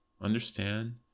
Understand